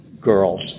girls